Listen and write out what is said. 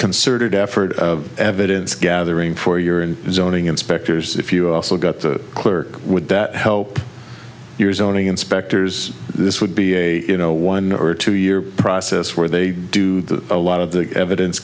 concerted effort of evidence gathering for your and zoning inspectors if you also got the clerk would that help your zoning inspectors this would be a you know one or two year process where they do a lot of the evidence